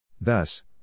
Thus